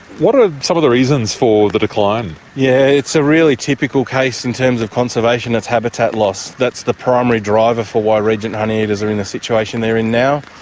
what are some of the reasons for the decline? yes, yeah it's a really typical case in terms of conservation, it's habitat loss, that's the primary driver for why regent honeyeaters are in the situation they are in now.